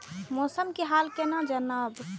मौसम के हाल केना जानब?